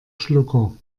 schlucker